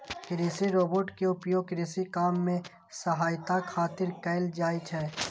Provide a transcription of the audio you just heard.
कृषि रोबोट के उपयोग कृषि काम मे सहायता खातिर कैल जाइ छै